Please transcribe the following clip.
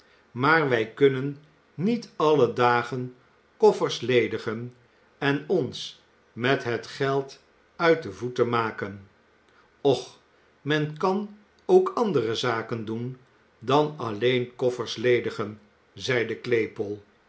maar wij kunnen niet alle dagen koffers ledigen en ons met het geld uit de voeten maken och men kan ook andere zaken doen dan alleen koffers ledigen zeide claypole